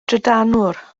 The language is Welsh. drydanwr